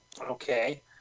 Okay